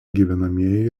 gyvenamieji